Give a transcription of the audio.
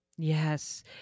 Yes